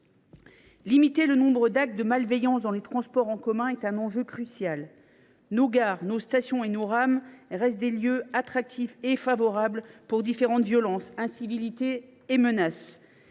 Limiter le nombre d’actes de malveillance dans les transports en commun est devenu un enjeu crucial. Nos gares, nos stations et nos rames restent des lieux attractifs qui favorisent différentes violences, incivilités et menaces.